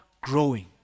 growing